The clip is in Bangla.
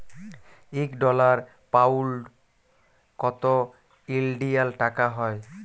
ইক ডলার, পাউল্ড কত ইলডিয়াল টাকা হ্যয়